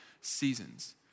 seasons